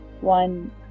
One